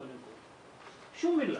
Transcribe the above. קודם כל, שום מילה,